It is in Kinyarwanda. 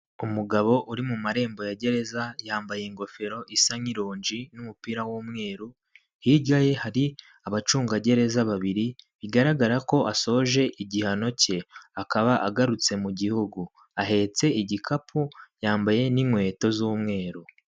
Umugabo uri mu marembo ya gereza yambaye ingofero isa nk'ironji n'umupira w'umweru, hirya ye hari abacungagereza babiri bigaragara ko asoje igihano cye akaba agarutse mu gihugu ahetse igikapu yambaye n'inkweto z'umweru.